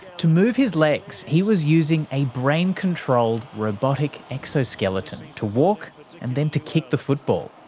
to move his legs he was using a brain-controlled robotic exoskeleton to walk and then to kick the football,